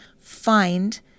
find